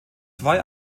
zwei